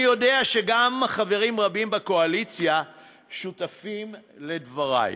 אני יודע שגם חברים רבים בקואליציה שותפים לדברי,